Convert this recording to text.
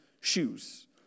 shoes